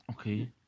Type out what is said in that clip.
okay